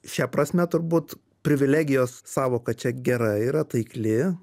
šia prasme turbūt privilegijos sąvoka čia gera yra taikli